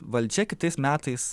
valdžia kitais metais